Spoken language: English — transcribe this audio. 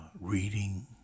reading